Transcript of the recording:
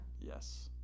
Yes